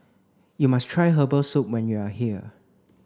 you must try herbal soup when you are here